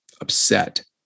upset